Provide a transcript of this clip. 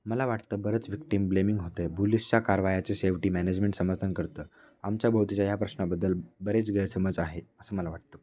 मला वाटतं बरंच विक्टिम ब्लेमिंग होतंय बुलीजच्या कारवायाच्या शेवटी मॅनेजमेंट समर्थन करतं आमच्या भोवतीच्या या प्रश्नाबद्दल बरेच गैरसमज आहे असं मला वाटतं